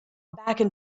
back